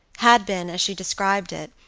had been, as she described it,